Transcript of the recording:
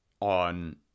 on